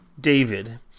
david